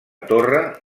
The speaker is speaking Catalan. torre